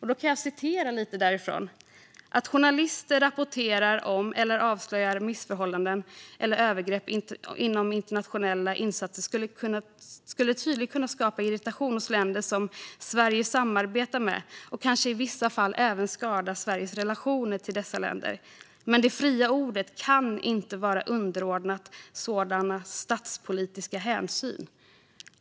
Han skriver: "Att journalister rapporterar om eller avslöjar missförhållanden eller övergrepp inom internationella insatser skulle tydligt kunna skapa irritation hos länder som Sverige samarbetar med, och kanske i vissa fall även skada Sveriges relationer till dessa länder. Men det fria ordet kan inte vara underordnat sådana statspolitiska hänsyn."